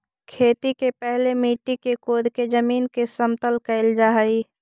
खेती के पहिले मिट्टी के कोड़के जमीन के समतल कैल जा हइ